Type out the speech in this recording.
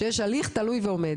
שיש בכלל הליך תלוי ועומד.